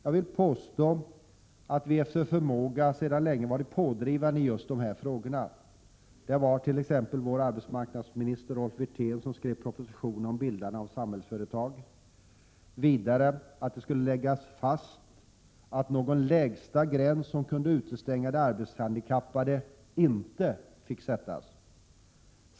Jag vill påstå att vi sedan länge efter förmåga har varit pådrivande i just de här frågorna. Det var t.ex. vår arbetsmarknadsminister Rolf Wirtén som skrev propositionen om bildandet av Samhällsföretag och att det skulle läggas fast att någon lägsta gräns som kunde utestänga de arbetshandikappade inte fick sättas.